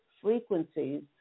frequencies